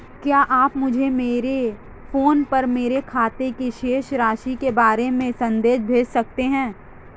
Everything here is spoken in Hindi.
क्या आप मुझे मेरे फ़ोन पर मेरे खाते की शेष राशि के बारे में संदेश भेज सकते हैं?